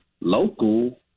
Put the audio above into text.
local